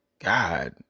God